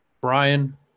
Brian